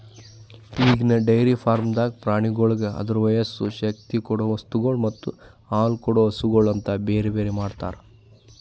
ಈಗಿನ ಡೈರಿ ಫಾರ್ಮ್ದಾಗ್ ಪ್ರಾಣಿಗೋಳಿಗ್ ಅದುರ ವಯಸ್ಸು, ಶಕ್ತಿ ಕೊಡೊ ವಸ್ತುಗೊಳ್ ಮತ್ತ ಹಾಲುಕೊಡೋ ಹಸುಗೂಳ್ ಅಂತ ಬೇರೆ ಮಾಡ್ತಾರ